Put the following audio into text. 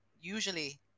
Usually